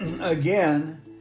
Again